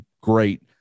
great